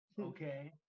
Okay